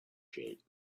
shape